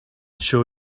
show